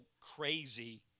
crazy